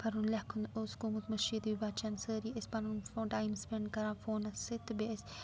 پَرُن لٮ۪کھُن اوس گوٚمُت مٔشیٖدٕے بچن سٲری ٲسۍ پَنُن فون ٹایم سٕپٮ۪نٛڈ کَران فونَس سۭتۍ تہٕ بیٚیہِ ٲسۍ